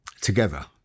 together